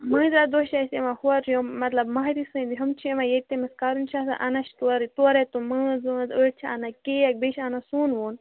مٲنٛزِ راتھ دۄہ چھِ اَسہِ یِوان ہورٕ یِم مطلب مہرِنۍ سٕنٛدۍ ہُم چھِ یِوان ییٚتہِ تٔمِس کَرُن چھِ آسان اَنان چھِ تورَے تورَے تِم مٲنز وٲنٛز أڑۍ چھِ اَنان کیک بیٚیہِ چھِ اَنان سوٚن ووٚن